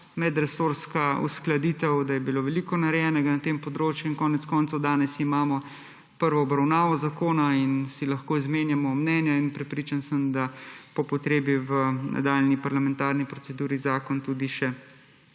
medresorska uskladitev, da je bilo veliko narejenega na tem področju. Konec koncev, danes imamo prvo obravnavo zakona in si lahko izmenjamo mnenja in prepričan sem, da po potrebi v nadaljnji parlamentarni proceduri zakon tudi še